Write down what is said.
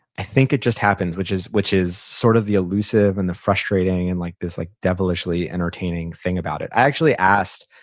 i think it just happens, which which is sort of the elusive and the frustrating and like this like devilishly entertaining thing about it. i actually asked,